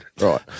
Right